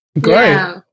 Great